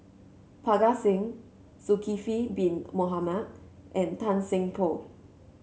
Parga Singh Zulkifli Bin Mohamed and Tan Seng Poh